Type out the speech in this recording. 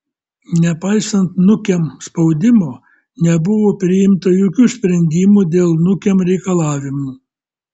nepaisant nukem spaudimo nebuvo priimta jokių sprendimų dėl nukem reikalavimų